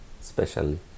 specially